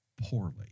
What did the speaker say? poorly